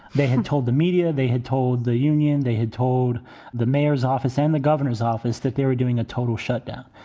they had told the media, they had told the union, they had told the mayor's office and the governor's office that they were doing a total shutdown.